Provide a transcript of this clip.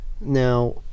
Now